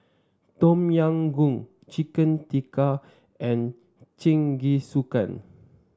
Tom Yam Goong Chicken Tikka and Jingisukan